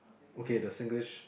okay the Singlish